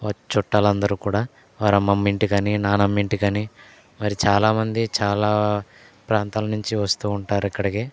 చుట్టాలందరూ కూడా వారి అమ్మమ్మ ఇంటికని నానమ్మ ఇంటికని మరి చాలా మంది చాలా ప్రాంతాల నుంచి వస్తూ ఉంటారు ఇక్కడికి